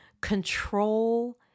control